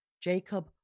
Jacob